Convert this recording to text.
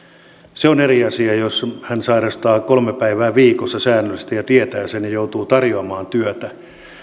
se on eri asia jos hän sairastaa kolme päivää viikossa säännöllisesti ja tietää sen ja joutuu tarjoamaan työtä